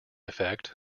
effect